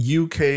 UK